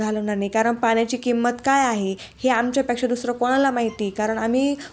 घालवणार नाही कारण पाण्याची किंमत काय आहे हे आमच्यापेक्षा दुसरं कोणाला माहिती कारण आम्ही